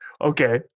Okay